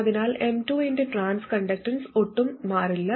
അതിനാൽ M2 ന്റെ transconductance ഒട്ടും മാറില്ല